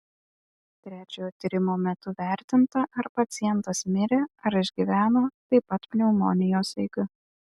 trečiojo tyrimo metu vertinta ar pacientas mirė ar išgyveno taip pat pneumonijos eiga